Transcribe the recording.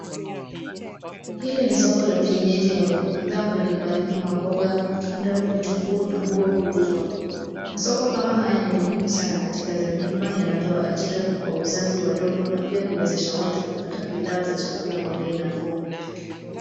Hili ni soko la kienyeji ambapo bidhaa mbalimbali kama mboga, matunda, vitunguu na nguo huuzwa. Masoko kama haya ni muhimu sana katika jamii kwani yanatoa ajira kwa wauzaji wadogo na pia huwezesha watu kupata bidhaa za chakula kwa bei nafuu.